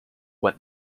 went